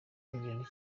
ibintu